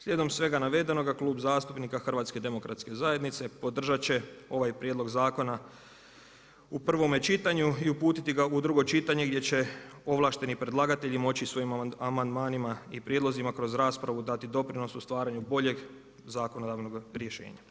Slijedom svega navedenoga Klub zastupnika HDZ-a podržat će ovaj prijedlog zakona u prvome čitanju i uputiti ga u drugo čitanje gdje će ovlašteni predlagatelj moći svojim amandmanima i prijedlozima kroz raspravu dati doprinos u stvaranju boljeg zakonodavnog rješenja.